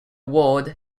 ward